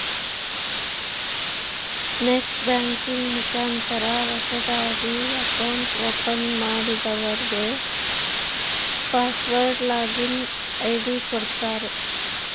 net banking ಮುಖಾಂತರ ಹೊಸದಾಗಿ account open ಮಾಡದವ್ರಗೆ ಪಾಸ್ವರ್ಡ್ ಲಾಗಿನ್ ಐ.ಡಿ ಕೊಡುತ್ತಾರೆ